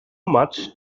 much